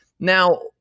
Now